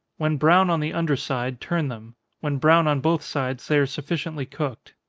when brown on the under side, turn them when brown on both sides, they are sufficiently cooked.